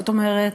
זאת אומרת,